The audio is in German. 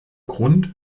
grund